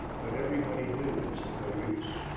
but everybody knew it was of no use.